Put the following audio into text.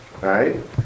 right